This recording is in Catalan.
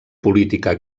política